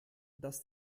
dass